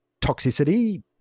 toxicity